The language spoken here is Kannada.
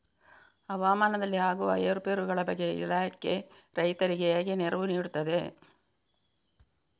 ಹವಾಮಾನದಲ್ಲಿ ಆಗುವ ಏರುಪೇರುಗಳ ಬಗ್ಗೆ ಇಲಾಖೆ ರೈತರಿಗೆ ಹೇಗೆ ನೆರವು ನೀಡ್ತದೆ?